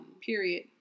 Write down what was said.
Period